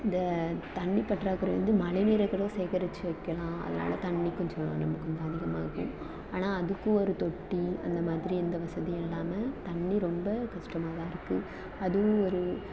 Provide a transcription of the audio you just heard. இந்த தண்ணி பற்றாக்குறை வந்து மழைநீர் கூட சேகரித்து வைக்கலாம் அதனால தண்ணி கொஞ்சம் நமக்கு கொஞ்சம் அதிகமாக ஆனால் அதுக்கும் ஒரு தொட்டி அந்த மாதிரி எந்த வசதியும் இல்லாமல் தண்ணி ரொம்ப கஷ்டமாக தான் இருக்குது அதுவும் ஒரு